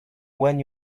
when